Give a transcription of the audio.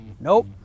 Nope